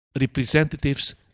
representatives